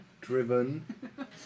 driven